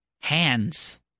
Hands